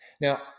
Now